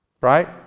Right